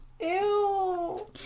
Ew